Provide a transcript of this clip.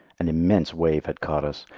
an immense wave had caught us,